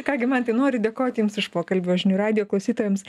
ką gi mantai noriu dėkot jums už pokalbį o žinių radijo klausytojams